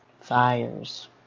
Fires